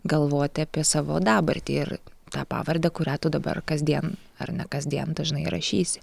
galvoti apie savo dabartį ir tą pavardę kurią tu dabar kasdien ar ne kasdien dažnai rašysi